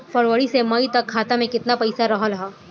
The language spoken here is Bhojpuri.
फरवरी से मई तक खाता में केतना पईसा रहल ह?